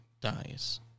dies